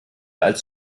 als